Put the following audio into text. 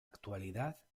actualidad